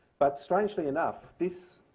but strangely enough, this